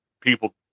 people